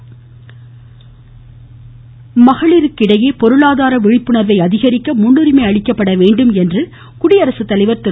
குடியரசுத்தலைவர் மகளிர் மகளிருக்கிடையே பொருளாதார விழிப்புணர்வை அதிகரிக்க முன்னுரிமை அளிக்க வேண்டும் என்று குடியரசுத்தலைவர் திரு